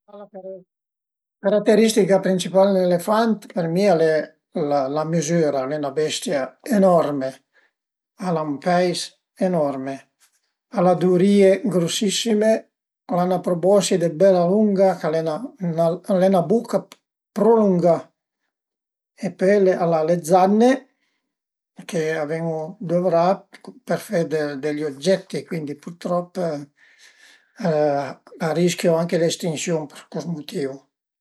La carateristica principal dë l'elefant për mi al e la mizüra, al e 'na bestia enorme, al a ün peis enorme, al a d'urìe grusissime, al a 'na proboscide bela lunga, al e 'na buca prulungà e pöi al a le zanne ch'a ven- duvrà për fe dë degli oggetto, cuindi purtrop a rischiu anche l'estinsiun për chel mutìu